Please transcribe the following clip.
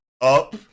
up